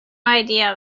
idea